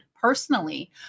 personally